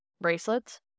bracelets